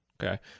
Okay